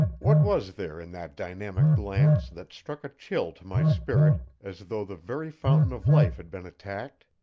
what was there in that dynamic glance that struck a chill to my spirit as though the very fountain of life had been attacked?